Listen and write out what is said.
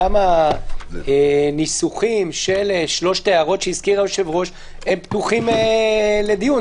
גם הניסוחים של שלוש ההערות שהזכיר היושב-ראש פתוחים לדיון.